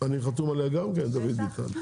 ואני חתום עליה גם כן, דוד ביטן.